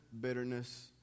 bitterness